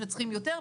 שצריכים יותר,